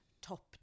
top